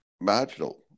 marginal